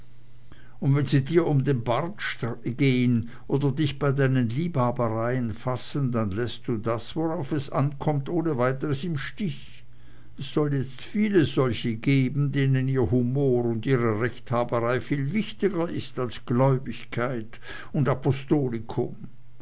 und wenn sie dir um den bart gehn oder dich bei deinen liebhabereien fassen dann läßt du das worauf es ankommt ohne weiteres im stich es soll jetzt viele solche geben denen ihr humor und ihre rechthaberei viel wichtiger ist als gläubigkeit und apostolikum